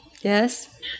yes